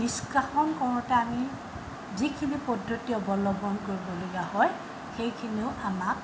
নিষ্কাশন কৰোঁতে আমি যিখিনি পদ্ধতি অৱলম্বন কৰিবলগীয়া হয় সেইখিনিও আমাক